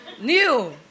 New